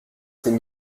s’est